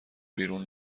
بیرون